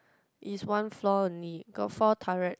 is one floor only got four turret